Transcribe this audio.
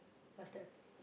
faster